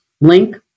link